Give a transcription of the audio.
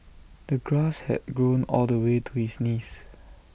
the grass had grown all the way to his knees